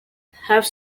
have